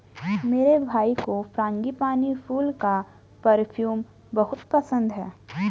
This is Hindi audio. मेरे भाई को फ्रांगीपानी फूल का परफ्यूम बहुत पसंद है